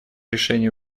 решение